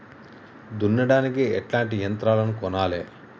దున్నడానికి ఎట్లాంటి యంత్రాలను కొనాలే?